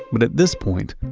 but at this point,